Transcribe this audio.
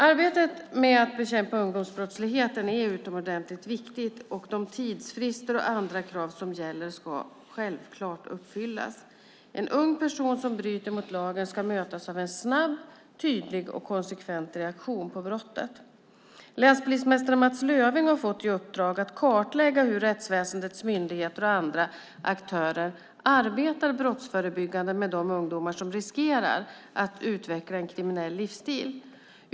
Arbetet med att bekämpa ungdomsbrottsligheten är utomordentligt viktigt, och de tidsfrister och andra krav som gäller ska självklart uppfyllas. En ung person som bryter mot lagen ska mötas av en snabb, tydlig och konsekvent reaktion på brottet. Länspolismästare Mats Löfving har fått i uppdrag att kartlägga hur rättsväsendets myndigheter och andra aktörer arbetar brottsförebyggande med de ungdomar som riskerar att utveckla en kriminell livsstil.